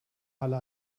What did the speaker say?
halle